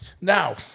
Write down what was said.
now